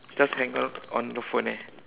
just hang up on the phone eh